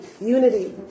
unity